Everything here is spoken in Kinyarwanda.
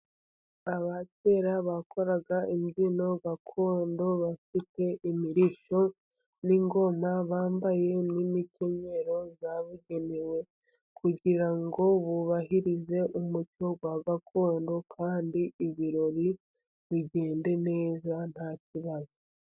Aba cyera bakoraga imbyino gakondo bafite imirishyo n'ingona, bambaye n'imikenyero yabugenewe, kugira ngo bubahirize umuco wa gakondo kandi ibirori bigende neza nta kibazo.